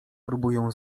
próbują